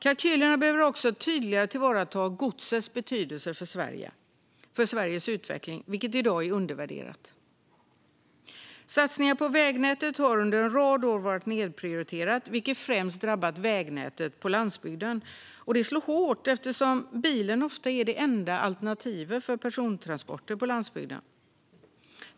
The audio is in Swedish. Kalkylerna behöver också tydligare tillvarata godsets betydelse för Sveriges utveckling, vilket i dag är undervärderat. Satsningar på vägnätet har under en rad år varit nedprioriterat, vilket främst drabbat vägnätet på landsbygden. Det slår hårt eftersom bilen ofta är det enda alternativet för persontransporter på landsbygden.